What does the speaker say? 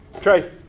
Trey